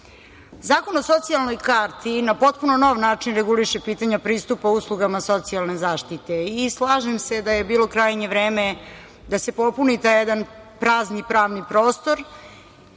zakon. Zakon o socijalnoj karti na potpuno nov način reguliše pitanja pristupa uslugama socijalne zaštite. Slažem se da je bilo krajnje vreme da se popuni taj jedan prazni pravni prostor